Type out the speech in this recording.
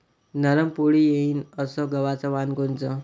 नरम पोळी येईन अस गवाचं वान कोनचं?